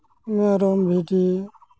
ᱢᱮᱨᱚᱢ ᱵᱷᱤᱰᱤ